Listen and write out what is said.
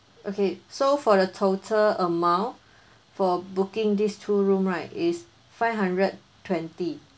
okay so for the total amount for booking these two room right is five hundred twenty